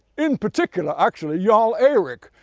in particular actually jarl erik,